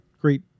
great